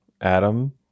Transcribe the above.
Adam